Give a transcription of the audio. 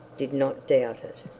did not doubt it.